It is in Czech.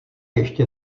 ještě